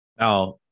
Now